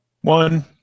One